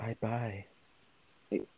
Bye-bye